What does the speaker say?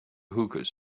hookah